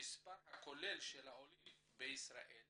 המספר הכולל של החולים בישראל